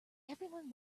everyone